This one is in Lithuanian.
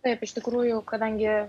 taip iš tikrųjų kadangi